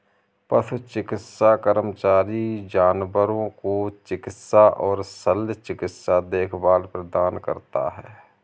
पशु चिकित्सा कर्मचारी जानवरों को चिकित्सा और शल्य चिकित्सा देखभाल प्रदान करता है